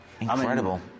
Incredible